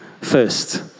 first